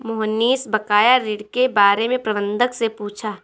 मोहनीश बकाया ऋण के बारे में प्रबंधक से पूछा